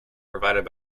provided